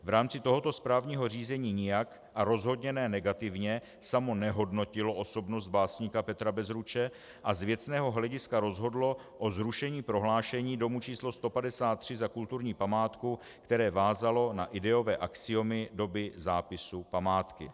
V rámci tohoto správního řízení nijak, a rozhodně ne negativně, samo nehodnotilo osobnost básníka Petra Bezruče a z věcného hlediska rozhodlo o zrušení prohlášení domu číslo 153 za kulturní památku, které vázalo na ideové axiomy doby zápisu památky.